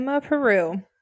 Peru